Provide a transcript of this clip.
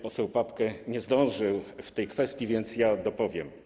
Poseł Papke nie zdążył w tej kwestii, więc ja dopowiem.